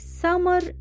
summer